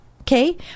Okay